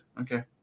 Okay